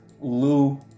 Lou